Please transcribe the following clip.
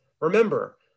Remember